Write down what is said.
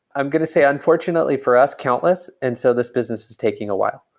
i'm going to say, unfortunately for us, countless. and so this business is taking a while.